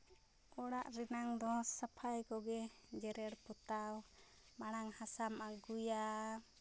ᱚᱲᱟᱜ ᱨᱮᱱᱟᱜ ᱫᱚ ᱥᱟᱯᱷᱟᱭ ᱠᱚᱜᱮ ᱡᱮᱨᱮᱲ ᱯᱚᱛᱟᱣ ᱢᱟᱲᱟᱝ ᱦᱟᱥᱟᱢ ᱟᱹᱜᱩᱭᱟ